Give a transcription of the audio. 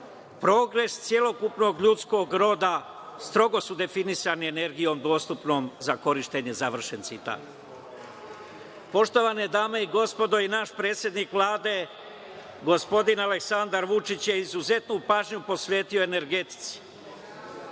progres celokupnog ljudskog roda, strogo su definisani energijom dostupnom za korišćenje“.Poštovane dame i gospodo, i naš predsednik Vlade, gospodin Aleksandar Vučić je izuzetnu pažnju posvetio energetici.